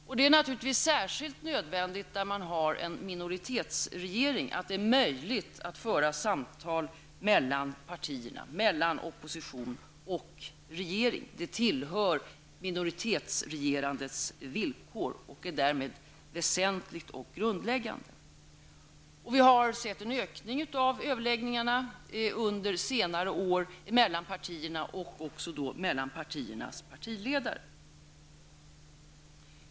Har man en minoritetsregering är det naturligtvis nödvändigt att det förs samtal mellan partierna, mellan opposition och regering. Det tillhör minoritetsregerandets villkor och är därmed väsentligt och grundläggande. Under senare år har vi sett att överläggningarna har blivit fler, både mellan partierna och mellan partiledarna.